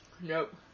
nope